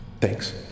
Thanks